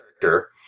character